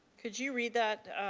could you read that?